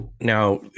Now